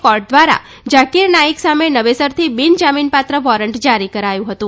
court દ્વારા ઝકીર નાઇક સામે નવેસરથી બિનજામીનપાત્ર વોરંટ જારી કરાયું હતું